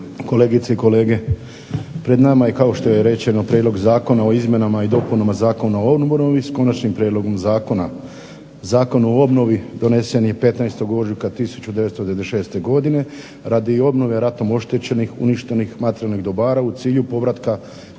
kolegice i kolege. Pred nama je kao što je rečeno prijedlog Zakona o izmjenama i dopunama Zakona o obnovi s konačnim prijedlogom zakona. Zakon o obnovi donesen je 15. ožujka 1996. godine radi obnove ratom oštećenih uništenih materijalnih dobara u cilju povratka